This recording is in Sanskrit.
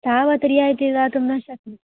तावत् रियायिति दातुं न शक्नोति